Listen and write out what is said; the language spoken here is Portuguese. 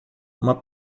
uma